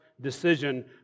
decision